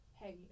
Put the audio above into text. hey